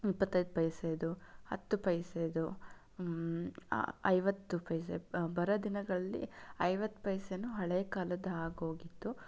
ಇಪ್ಪತ್ತೈದು ಪೈಸೆದು ಹತ್ತು ಪೈಸೆದು ಐವತ್ತು ಪೈಸೆ ಬರೋ ದಿನಗಳಲ್ಲಿ ಐವತ್ತು ಪೈಸೆನೂ ಹಳೆಯ ಕಾಲದ್ದು ಆಗೋಗಿತ್ತು